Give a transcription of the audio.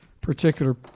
particular